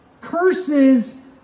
curses